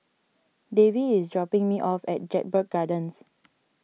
Davey is dropping me off at Jedburgh Gardens